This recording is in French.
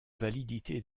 validité